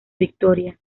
victoria